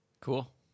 Cool